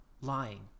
lying